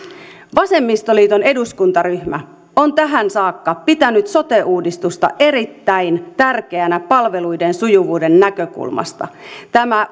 vasemmistoliiton eduskuntaryhmä on tähän saakka pitänyt sote uudistusta erittäin tärkeänä palveluiden sujuvuuden näkökulmasta tämä